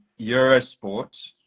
Eurosport